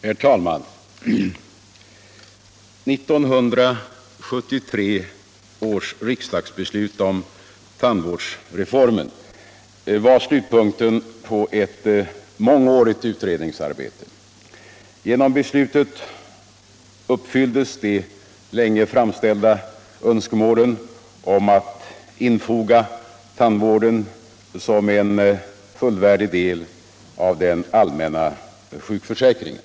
Herr talman! 1973 års riksdagsbeslut om tandvårdsreformen var slutpunkten för ett mångårigt utredningsarbete. Genom beslutet uppfylldes de länge framställda önskemålen om att infoga tandvården som en fullvärdig del av den allmänna sjukförsäkringen.